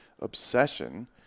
obsession